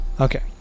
Okay